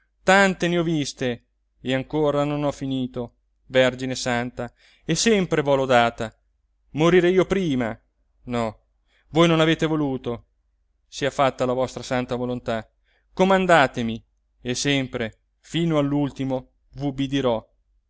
tante ne ho viste e ancora non ho finito vergine santa e sempre v'ho lodata morire io prima no voi non avete voluto sia fatta la vostra santa volontà comandatemi e sempre fino all'ultimo